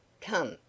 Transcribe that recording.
Come